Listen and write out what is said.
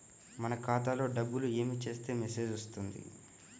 మన ఖాతాలో డబ్బులు ఏమి చేస్తే మెసేజ్ వస్తుంది?